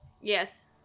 Yes